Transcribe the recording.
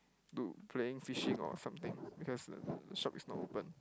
to playing fishing or something because the shop is not open